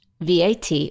VAT